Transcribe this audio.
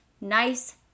nice